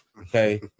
Okay